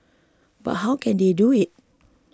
but how can they do it